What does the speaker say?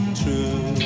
true